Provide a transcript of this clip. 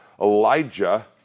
Elijah